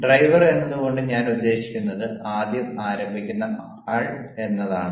driver എന്നതുകൊണ്ട് ഞാൻ ഉദ്ദേശിക്കുന്നത് ആദ്യം ആരംഭിക്കുന്ന ആൾ എന്നാണ്